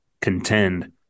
contend